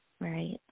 right